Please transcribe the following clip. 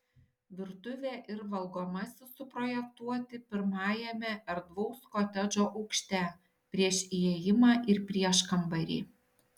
virtuvė ir valgomasis suprojektuoti pirmajame erdvaus kotedžo aukšte prieš įėjimą ir prieškambarį